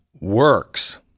works